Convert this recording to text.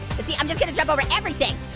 but see, i'm just gonna jump over everything.